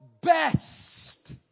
best